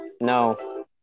no